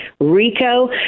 RICO